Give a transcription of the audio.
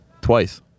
twice